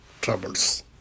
troubles